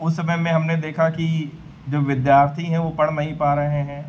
उस समय में हमने देखा कि जो विद्यार्थी हैं वह पढ़ नहीं पा रहे हैं